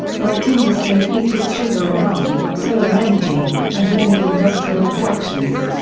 light industry features sugar and rum, solar energy, and many industrial productions.